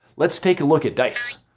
let's take a look at dice.